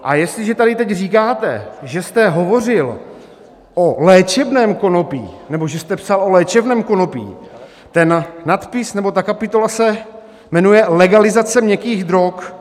A jestliže tady teď říkáte, že jste hovořil o léčebném konopí nebo že jste psal o léčebném konopí, ten nadpis nebo kapitola se jmenuje Legalizace měkkých drog.